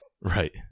Right